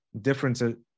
difference